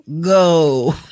Go